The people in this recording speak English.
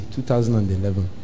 2011